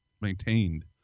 maintained